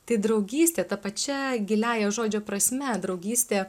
tai draugystė ta pačia giliąja žodžio prasme draugystė